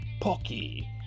Pocky